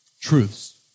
truths